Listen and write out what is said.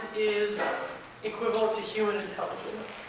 is equivalent to human intelligence.